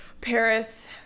Paris